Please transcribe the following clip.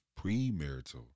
premarital